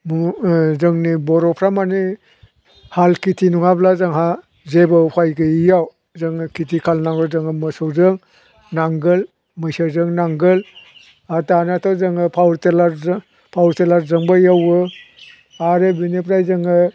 जोंनि बर'फ्रा मानि हाल खेथि नङाब्ला जोंहा जेबो उफाय गैयैयाव जोङो खिथि खालामनांगौ जोङो मोसौजों नांगाल मैसोजों नांगाल आरो दानाथ' जोङो पावार टिलारजों पावार टिलारजोंबो एवो आरो बिनिफ्राय जोङो